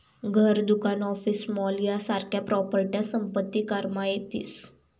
घर, दुकान, office, mall यासारख्या प्रॉपर्ट्या संपत्ती करमा येतीस